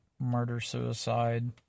murder-suicide